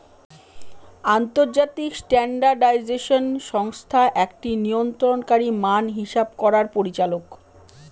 আন্তর্জাতিক স্ট্যান্ডার্ডাইজেশন সংস্থা একটি নিয়ন্ত্রণকারী মান হিসাব করার পরিচালক